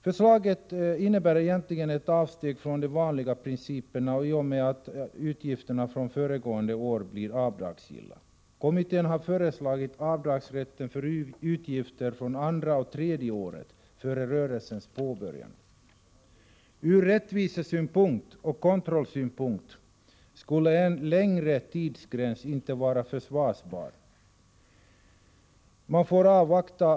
Förslaget innebär egentligen ett avsteg från de vanliga principerna i och med att utgifterna från föregående år blir avdragsgilla. Kommittén har föreslagit avdragsrätten för utgifter från andra och tredje — Nr 121 året före rörelsens påbörjande. Ur rättvisesynpunkt och kontrollsynpunkt Onsdagen den skulle en längre tidsgräns inte vara försvarbar. Man får avvakta i denna fråga.